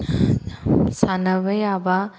ꯁꯥꯟꯅꯕ ꯌꯥꯕ